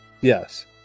Yes